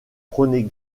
prenez